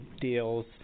deals